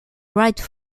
wright